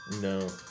No